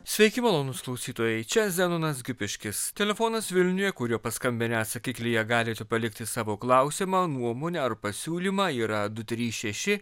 sveiki malonūs klausytojai čia zenonas gipiškis telefonas vilniuje kuriuo paskambinę atsakiklyje galite palikti savo klausimą nuomonę ar pasiūlymą yra du trys šeši